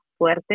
Fuerte